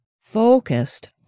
focused